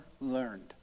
learned